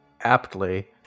aptly